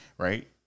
right